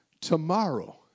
tomorrow